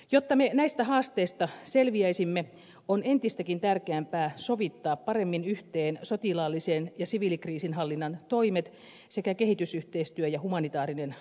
jotta me näistä haasteista selviäisimme on entistäkin tärkeämpää sovittaa paremmin yhteen sotilaallisen ja siviilikriisinhallinnan toimet sekä kehitysyhteistyö ja humanitaarinen apu